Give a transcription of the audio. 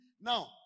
Now